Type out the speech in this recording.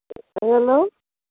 hello